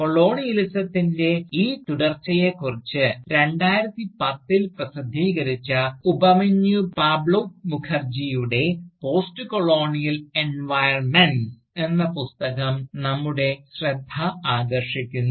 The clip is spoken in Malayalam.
കൊളോണിയലിസത്തിൻറെ ഈ തുടർച്ചയെക്കുറിച്ച് 2010 ൽ പ്രസിദ്ധീകരിച്ച ഉപമന്യു പാബ്ലോ മുഖർജിയുടെ പോസ്റ്റ്കൊളോണിയൽ എൻവയോൺമെൻറെസ് എന്ന പുസ്തകം നമ്മുടെ ശ്രദ്ധ ആകർഷിക്കുന്നു